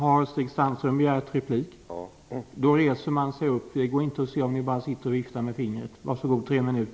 Om Stig Sandström begär replik reser han sig upp. Det går inte att se om han bara sitter och viftar med fingret.